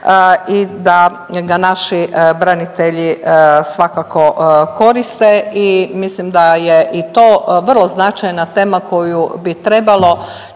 i da ga naši branitelji svakako koriste. I mislim da je i to vrlo značajna tema koju bi trebalo